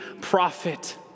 prophet